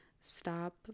stop